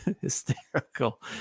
hysterical